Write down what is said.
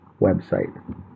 website